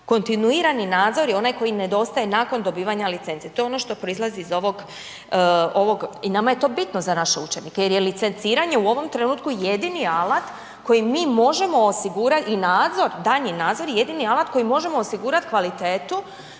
kontinuirani nadzor je onaj koji nedostaje nakon dobivanja licence, to je ono što proizlazi iz ovog i nama je to bitno za naše učenike jer je licenciranje u ovom trenutku jedini alat koji mi možemo osigurati i nadzor, daljnji nadzor je jedini alat kojim možemo osigurati kvalitetu